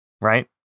right